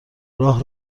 راه